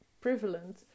prevalent